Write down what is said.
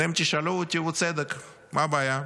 אתם תשאלו אותי, ובצדק: מה הבעיה?